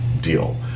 deal